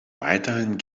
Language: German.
weiterhin